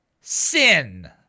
sin